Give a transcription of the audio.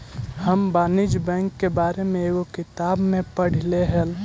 हम वाणिज्य बैंक के बारे में एगो किताब में पढ़लियइ हल